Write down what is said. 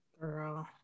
girl